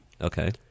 Okay